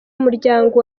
muryango